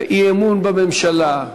אי-אמון בממשלה.